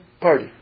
party